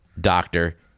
doctor